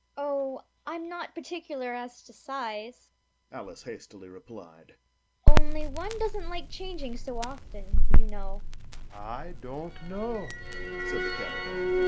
oh, i'm not particular as to size alice hastily replied only one doesn't like changing so often, you know i don't know said the caterpillar.